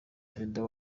perezida